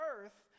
earth